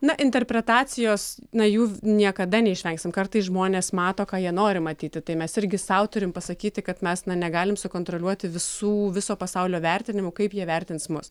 na interpretacijos na jų niekada neišvengsim kartais žmonės mato ką jie nori matyti tai mes irgi sau turim pasakyti kad mes negalim sukontroliuoti visų viso pasaulio vertinimų kaip jie vertins mus